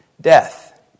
Death